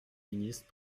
ministre